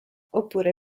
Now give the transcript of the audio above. oppure